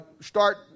start